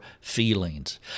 feelings